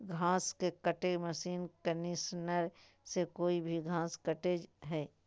घास काटे के मशीन कंडीशनर से कोई भी घास कटे हइ